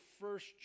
first